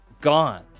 gone